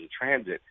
transit